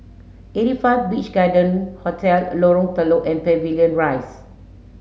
eighty five Beach Garden Hotel Lorong Telok and Pavilion Rise